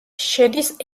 შედის